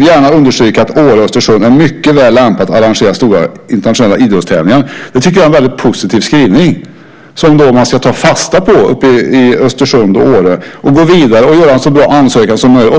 gärna understryka att Åre och Östersund är mycket väl lämpade för att arrangera stora internationella idrottstävlingar." Jag tycker att det är en väldigt positiv skrivning, som man ska ta fasta på uppe i Östersund och Åre, gå vidare och göra en så bra ansökan som möjligt.